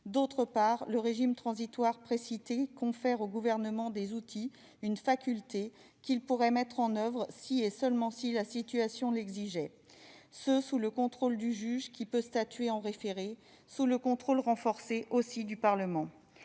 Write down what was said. D'autre part, le régime transitoire précité confère au Gouvernement des outils- une faculté -qu'il pourrait mettre en oeuvre si, et seulement si la situation l'exigeait, ce sous le contrôle du juge, qui peut statuer en référé, mais aussi sous le contrôle renforcé du Parlement.